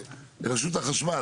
רשות החשמל,